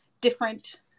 different